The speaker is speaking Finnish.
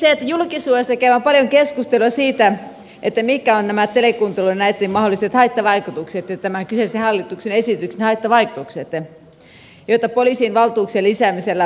ensinnäkin julkisuudessa käydään paljon keskustelua siitä mitkä ovat telekuuntelun mahdolliset haittavaikutukset tämän kyseisen hallituksen esityksen haittavaikutukset joita poliisien valtuuksien lisäämisellä voisi olla